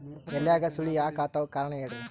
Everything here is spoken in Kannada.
ಎಲ್ಯಾಗ ಸುಳಿ ಯಾಕಾತ್ತಾವ ಕಾರಣ ಹೇಳ್ರಿ?